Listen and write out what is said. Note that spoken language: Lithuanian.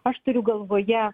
aš turiu galvoje